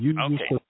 Okay